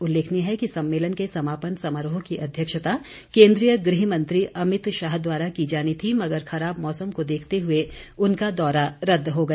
उल्लेखनीय है कि सम्मेलन के समापन समारोह की अध्यक्षता केन्द्रीय गृह मंत्री अमित शाह द्वारा की जानी थी मगर खराब मौसम को देखते हुए उनका दौरा रद्द हो गया